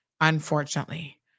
unfortunately